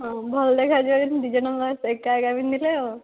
ହଁ ଭଲ ଦେଖାଯିବ ଦୁଇ ଜଣ ଯାକ ଏକା ଏକା ପିନ୍ଧିଲେ ଆଉ